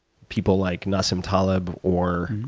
people like nassim taleb or